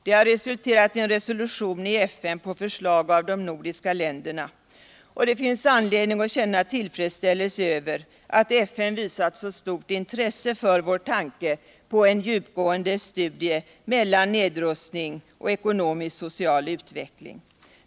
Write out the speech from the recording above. Det har resulterat i en resolution i FN på förslag av de nordiska länderna. Det finns anledning att känna tillfredsställelse över att EN visut så stort intresse för vår tanke på en djupgående studie av frågor om nedrustning och ekonomisk och social utveckling.